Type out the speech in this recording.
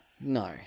no